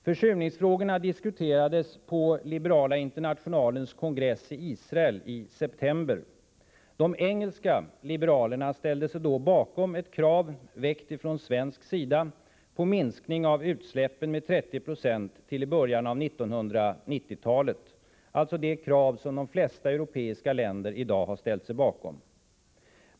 Försurningsfrågorna diskuterades på Liberala internationalens kongress i Israel i september. De engelska liberalerna ställde sig då bakom ett krav — väckt ifrån svensk sida — på en minskning av utsläppen med 30 4 till i början av 1990-talet — alltså det krav som de flesta europeiska länder i dag har ställt sig bakom.